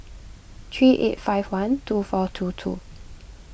three eight five one two four two two